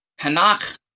Hanach